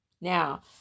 Now